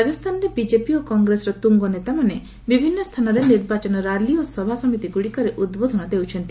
ରାଜସ୍ଥାନରେ ବିଜେପି ଓ କଂଗ୍ରେସ ର ତୁଙ୍ଗ ନେତାମାନେ ବିଭିନ୍ନ ସ୍ଥାନରେ ନିର୍ବାଚନ ରାଲି ଓ ସଭାସମିତି ଗୁଡିକରେ ଉଦ୍ବୋଧନ ଦେଉଛନ୍ତି